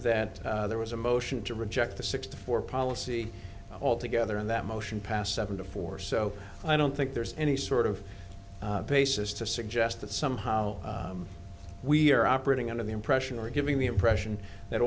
that there was a motion to reject the sixty four policy altogether and that motion passed seven to four so i don't think there's any sort of basis to suggest that somehow we're operating under the impression or giving the impression that